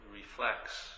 reflects